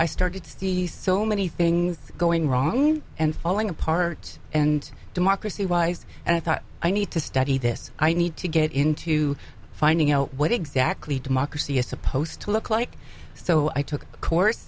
i started to see so many things going wrong and falling apart and democracy wise and i thought i need to study this i need to get into finding out what exactly democracy is supposed to look like so i took a cour